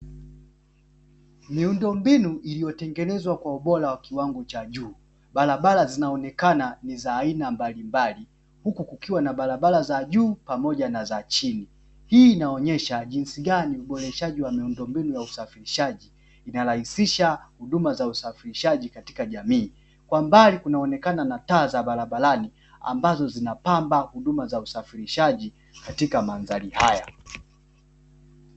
Miundombinu iliyotengenezwa kwa ubora wakiwango cha juu, barabara zinaonekana ni za aina mbalimbali, huku kukiwa na barabara za juu pamoja na za chini. Hii inaonesha jinsi gani uboreshaji wa miundombinu ya usafirishaji inarahisisha huduma za usafirishaji katika jamii. Kwa mbali kunaonekana na taa za barabarani, ambazo zinapamba huduma za usafirishaji katika mandhari haya.